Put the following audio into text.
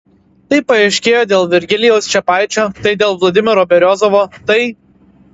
tai paaiškėjo dėl virgilijaus čepaičio tai dėl vladimiro beriozovo tai